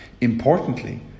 Importantly